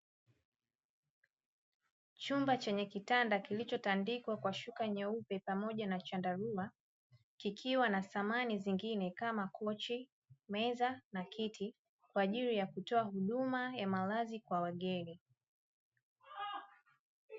Chumba chenye kitanda kilichotandikwa kwa shuka nyeupe pamoja na chandarua, kikiwa na samani zingine kama kochi, meza na kiti, kwa ajili ya kutoa huduma ya malazi kwa wageni.